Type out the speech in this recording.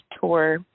tour